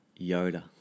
Yoda